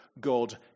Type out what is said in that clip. God